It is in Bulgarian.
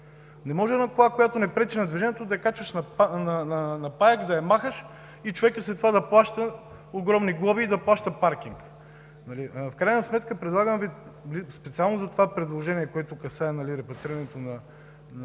Не може кола, която не пречи на движението, да я качваш на паяк, да я махаш и човекът след това да плаща огромни глоби и паркинг. Предлагам Ви, специално за това предложение, което касае репатрирането на